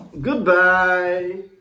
Goodbye